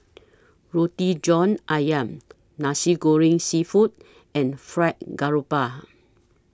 Roti John Ayam Nasi Goreng Seafood and Fried Garoupa